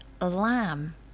lamb